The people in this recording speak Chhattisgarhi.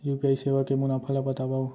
यू.पी.आई सेवा के मुनाफा ल बतावव?